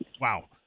Wow